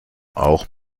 auch